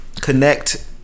connect